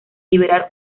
liberar